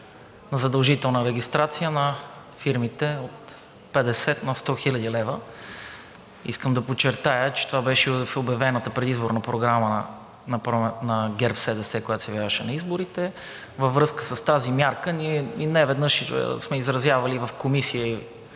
за задължителна регистрация на фирмите от 50 на 100 хил. лв. Искам да подчертая, че това беше в обявената предизборна програма на ГЕРБ-СДС, когато се явяваше на изборите. Във връзка с тази мярка ние неведнъж сме изразявали и в Комисията,